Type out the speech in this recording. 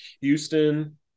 Houston